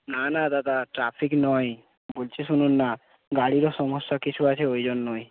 না না দাদা ট্র্যাফিক নয় বলছি শুনুন না গাড়িরও সমস্যা কিছু আছে ওই জন্যই